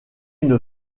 une